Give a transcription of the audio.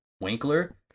winkler